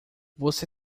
você